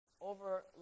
over